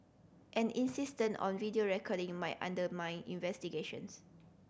an insistence on video recording might undermine investigations